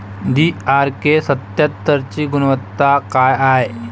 DRK सत्यात्तरची गुनवत्ता काय हाय?